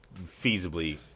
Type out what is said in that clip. feasibly